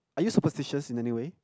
are you superstitious in any way